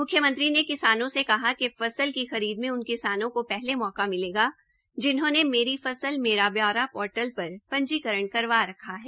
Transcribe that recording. मुख्यमंत्री ने किसानों से कहा कि फसल की खरीद में उन किसानों को पहले मौका मिलेगा जिन्होंने मेरी फसल मेरा ब्यौरा पोर्टल पर पंजीकरण करवा रखा है